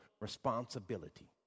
responsibility